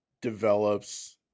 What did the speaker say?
develops